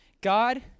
God